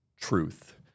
truth